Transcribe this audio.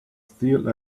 still